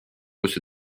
kus